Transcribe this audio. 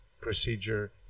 procedure